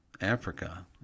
Africa